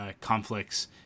conflicts